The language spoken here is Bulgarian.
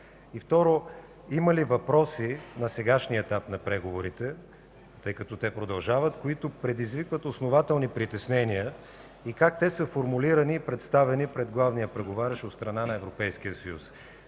И второ, има ли въпроси на сегашния етап на преговорите, тъй като те продължават, които предизвикват основателни притеснения и как те са формулирани и представени пред главния преговарящ от страна на Европейския съюз?